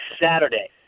Saturday